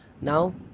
now